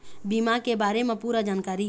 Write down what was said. बीमा के बारे म पूरा जानकारी?